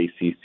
ACC